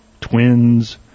Twins